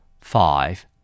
Five